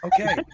Okay